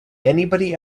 anybody